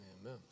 Amen